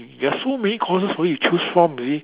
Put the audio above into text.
there are so many courses for you to choose from you see